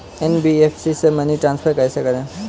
NBFC से money transfer कैसे करें?